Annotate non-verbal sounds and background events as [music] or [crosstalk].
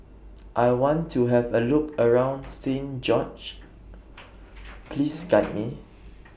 [noise] I want to Have A Look around Saint George [noise] Please Guide Me